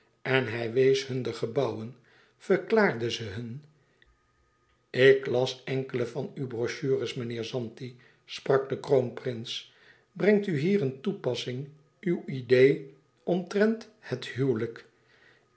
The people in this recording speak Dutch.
en hij wees hun de gebouwen verklaarde ze hun ik las enkele van uw brochures meneeer zanti sprak de kroonprins brengt u hier in toepassing uw idee omtrent het huwelijk